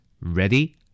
Ready